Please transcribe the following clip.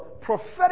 prophetic